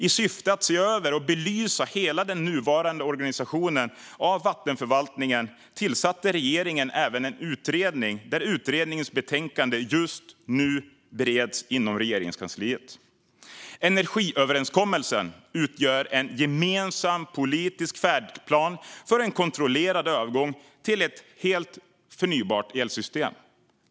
I syfte att se över och belysa hela den nuvarande organisationen av vattenförvaltningen tillsatte regeringen även en utredning, vars betänkande just nu bereds i Regeringskansliet. Energiöverenskommelsen utgör en gemensam politisk färdplan för en kontrollerad övergång till ett helt förnybart elsystem.